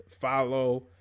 follow